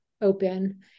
open